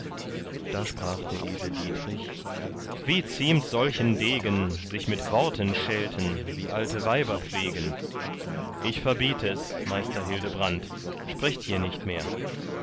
da sprach der edle dietrich wie ziemt solchen degen sich mit worten schelten wie alte weiber pflegen ich verbiet es meister hildebrand sprecht hier nicht mehr